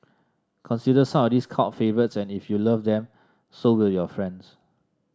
consider some of these cult favourites and if you love them so will your friends